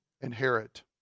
Inherit